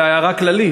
אלא זו הערה כללית.